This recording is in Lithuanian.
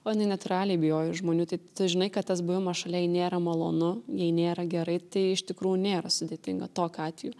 o jinai natūraliai bijojo žmonių tai tu žinai kad tas buvimas šalia jai nėra malonu jei nėra gerai tai iš tikrųjų nėra sudėtinga tokiu atveju